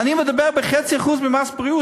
ואני מדבר על 0.5% ממס בריאות,